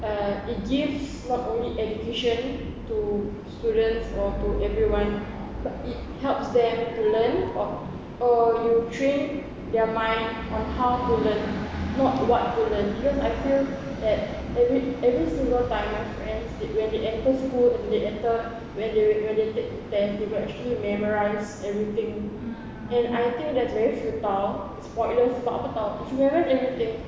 uh it gives not only education to students or to everyone but it helps them to learn or or you train their mind on how to learn not what to learn because I feel that every every single time my friends when they enter school when they enter when they when they take test they actually memorise everything and I think that's very futile it's pointless sebab apa [tau] if you memorise everything